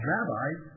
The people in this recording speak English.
Rabbis